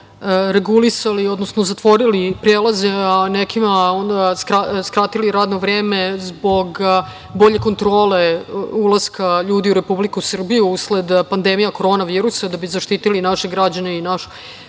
regulisali, odnosno zatvorili prelaze, a nekima skratili radno vreme zbog bolje kontrole ulaska ljudi u Republiku Srbiju usled pandemije korona virusa, da bi zaštitili naše građane i naš